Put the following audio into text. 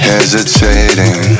Hesitating